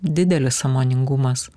didelis sąmoningumas